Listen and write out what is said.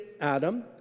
Adam